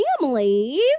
families